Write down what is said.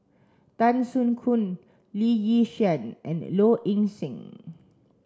Tan Soo Khoon Lee Yi Shyan and Low Ing Sing